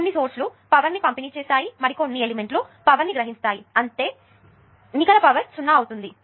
కొన్ని సోర్స్ లు పవర్ ని పంపిణీ చేస్తాయి మరికొన్ని ఎలెమెంట్ లు పవర్ ని గ్రహిస్తాయి అయితే నికర పవర్ 0 అవుతుంది